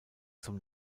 zum